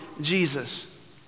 Jesus